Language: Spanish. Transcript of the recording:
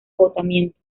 agotamiento